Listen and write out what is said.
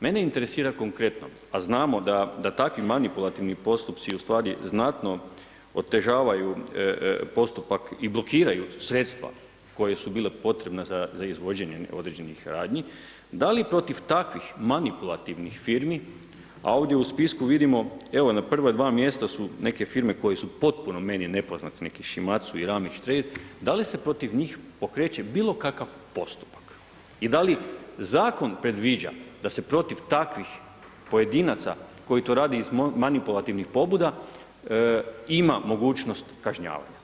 Mene interesira konkretno, a znamo da takvi manipulativni postupci ustvari znatno otežavaju postupak i blokiraju sredstva koja su bila potrebna za izvođenje određenih radnji, da li protiv takvih manipulativnih firmi, a ovdje u spisku vidimo evo na prva dva mjesta su neke firme koje su meni potpuno nepoznate, neki Šimacu i … da li se protiv njih pokreće bilo kakav postupak i da li zakon predviđa da se protiv takvih pojedinaca koji to rade iz manipulativnih pobuda ima mogućnost kažnjavanja?